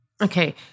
Okay